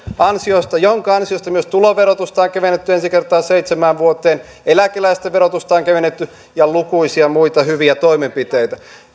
ansiosta joiden ansiosta myös tuloverotusta on kevennetty ensi kertaa seitsemään vuoteen eläkeläisten verotusta on kevennetty ja lukuisia muita hyviä toimenpiteitä